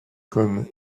comme